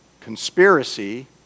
conspiracy